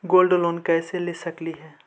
Gold loan कैसे ले सकली हे?